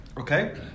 Okay